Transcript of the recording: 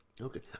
Okay